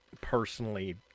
personally